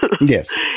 Yes